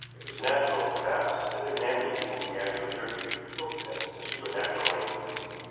it was natural, perhaps, that in hanley people began to attribute both deaths to supernatural agency.